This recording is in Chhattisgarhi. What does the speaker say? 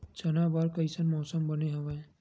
चना बर कइसन मौसम बने हवय?